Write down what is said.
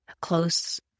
close